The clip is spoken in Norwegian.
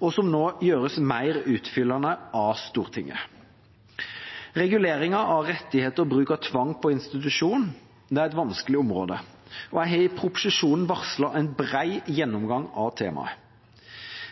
og som nå gjøres mer utfyllende av Stortinget. Reguleringen av rettigheter og bruk av tvang på institusjon er et vanskelig område, og jeg har i proposisjonen varslet en bred gjennomgang av temaet.